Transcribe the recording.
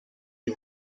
die